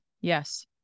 Yes